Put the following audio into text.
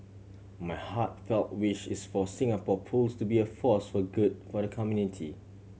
my heartfelt wish is for Singapore Pools to be a force for good for the community